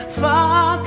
far